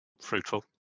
fruitful